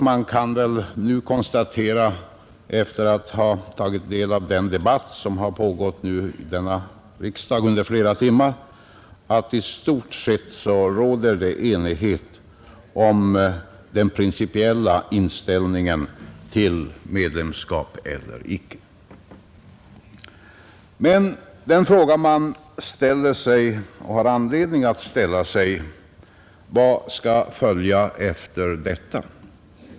Man kan väl nu konstatera, efter att ha tagit del av den debatt som har pågått här i riksdagen under flera timmar, att det i stort sett råder enighet om den principiella inställningen till medlemskap eller icke. Men den fråga man ställer sig och har anledning att ställa sig är: Vad skall följa efter detta?